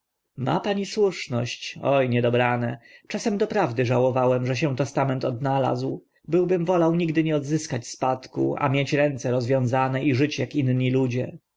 ma pani słuszność o niedobrane czasem doprawdy żałowałem że się testament odnalazł byłbym wolał nigdy nie odzyskać spadku a mieć ręce rozwiązane i żyć ak inni ludzie